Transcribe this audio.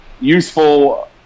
useful